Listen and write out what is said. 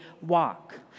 walk